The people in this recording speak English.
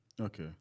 Okay